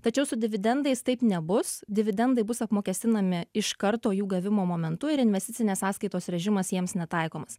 tačiau su dividendais taip nebus dividendai bus apmokestinami iš karto jų gavimo momentu ir investicinės sąskaitos režimas jiems netaikomas